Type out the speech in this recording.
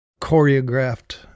choreographed